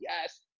yes